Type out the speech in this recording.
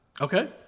Okay